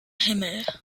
himmel